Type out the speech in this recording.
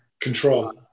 control